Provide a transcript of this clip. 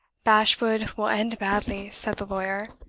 bashwood will end badly, said the lawyer,